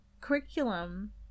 curriculum